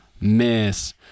Miss